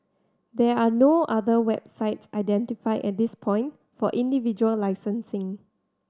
there are no other websites identified at this point for individual licensing